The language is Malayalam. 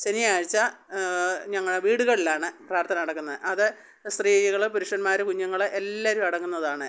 ശനിയാഴ്ച്ച ഞങ്ങളുടെ വീടുകളിലാണ് പ്രാർത്ഥന നടക്കുന്നത് അത് സ്ത്രീകള് പുരുഷന്മാര് കുഞ്ഞുങ്ങള് എല്ലാവരും അടങ്ങുന്നതാണ്